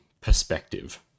perspective